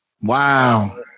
Wow